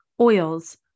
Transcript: oils